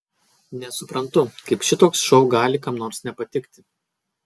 nesuprantu kaip šitoks šou gali kam nors nepatikti